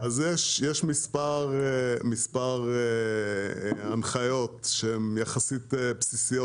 יש מספר הנחיות בסיסיות,